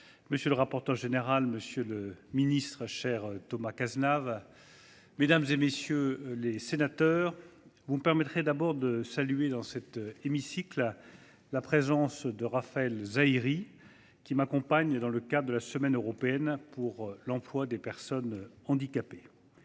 monsieur le rapporteur général, monsieur le ministre, cher Thomas Cazenave, mesdames, messieurs les sénateurs, permettez moi tout d’abord, de saluer la présence dans cet hémicycle de Raphaël Zahiri, qui m’accompagne dans le cadre de la semaine européenne pour l’emploi des personnes handicapées.